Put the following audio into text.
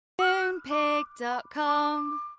Moonpig.com